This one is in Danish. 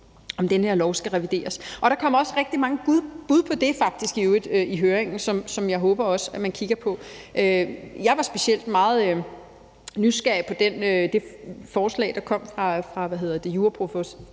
om den her lov skal revideres. Der kom i øvrigt også rigtig mange bud på det i høringen, som jeg håber man også kigger på. Jeg var specielt meget nysgerrig på det forslag, der kom fra juraprofessor